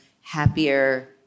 happier